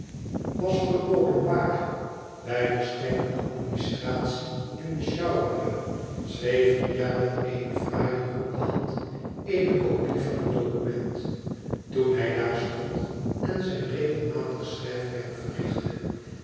was verboden waar bij de strenge administratie in de sjouwerlui schreef riah met eene fraaie ronde hand eene kopie van het document toen hij daar stond en zijn regelmatig schrijfwerk verrichtte